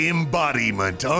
Embodiment